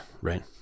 Right